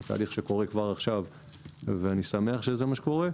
שזה תהליך שקורה כבר עכשיו ואני שמח שכך קורה,